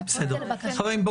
חברים,